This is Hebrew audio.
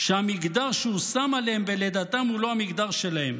שהמגדר שהושם עליהם בלידתם הוא לא המגדר שלהם.